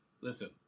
listen